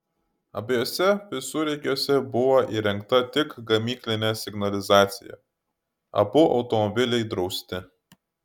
abiejuose visureigiuose buvo įrengta tik gamyklinė signalizacija abu automobiliai drausti